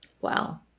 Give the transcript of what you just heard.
Wow